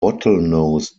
bottlenose